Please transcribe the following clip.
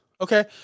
okay